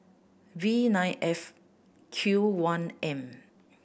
V nine F Q one M